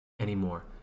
anymore